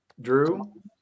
Drew